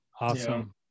Awesome